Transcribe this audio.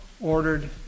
ordered